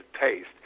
taste